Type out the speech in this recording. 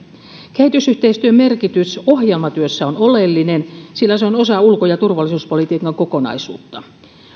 kehitysyhteistyön merkitys ohjelmatyössä on oleellinen sillä se on osa ulko ja turvallisuuspolitiikan kokonaisuutta